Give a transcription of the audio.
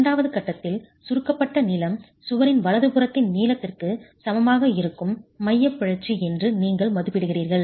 இரண்டாவது கட்டத்தில் சுருக்கப்பட்ட நீளம் சுவரின் வலதுபுறத்தின் நீளத்திற்கு சமமாக இருக்கும் மையப் பிறழ்ச்சி என்று நீங்கள் மதிப்பிடுகிறீர்கள்